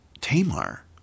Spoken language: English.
Tamar